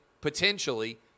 potentially